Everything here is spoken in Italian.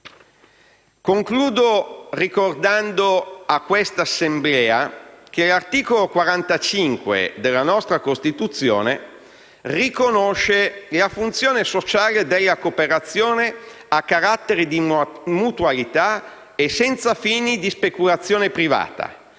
Concludo ricordando a quest'Assemblea che l'articolo 45 della nostra Costituzione riconosce la funzione sociale della cooperazione a carattere di mutualità e senza fini di speculazione privata,